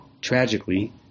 tragically